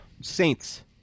Saints